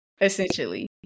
essentially